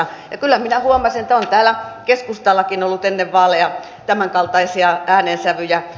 ja kyllä minä huomasin että on täällä keskustallakin ollut ennen vaaleja tämänkaltaisia äänensävyjä